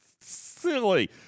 silly